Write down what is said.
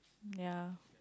ya